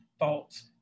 thoughts